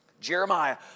Jeremiah